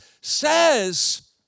says